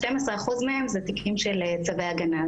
12 אחוזים מהם הם תיקים של צווי הגנה,